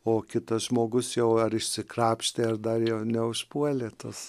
o kitas žmogus jau ar išsikrapštė ar dar jo neužpuolė tas